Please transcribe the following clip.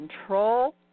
control